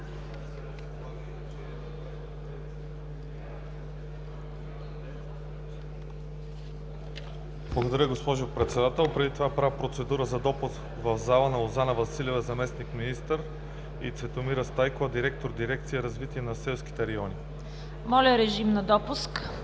Моля, режим на допускане.